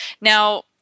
Now